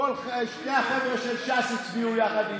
שני החבר'ה של ש"ס הצביעו יחד איתי.